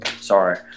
sorry